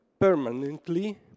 permanently